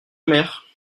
mère